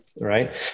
Right